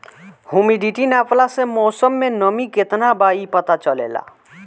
humidity नापला से मौसम में नमी केतना बा इ पता चलेला